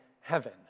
heaven